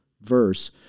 verse